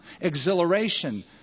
exhilaration